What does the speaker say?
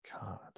God